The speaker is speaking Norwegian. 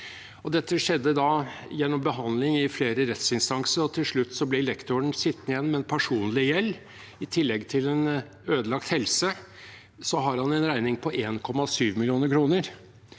Dette skjedde da gjennom behandling i flere rettsinstanser, og til slutt ble lektoren sittende igjen med en personlig gjeld. I tillegg til en ødelagt helse har han en regning på 1,7 mill. kr,